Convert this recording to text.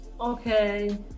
okay